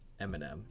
Eminem